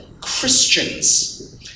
Christians